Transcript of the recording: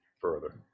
further